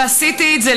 ועשיתי את זה.